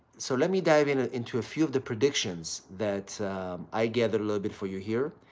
so, let me dive into into a few of the predictions that i gather a little bit for you here.